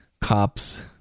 cops